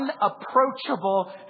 unapproachable